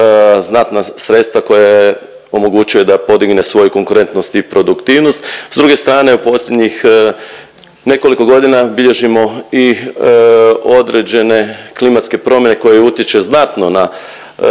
znatna sredstva koja joj omogućuju da podignete svoju konkurentnost i produktivnost. S druge strane u posljednjih nekoliko godina bilježimo i određene klimatske promjene koje utječu znatno na produktivnost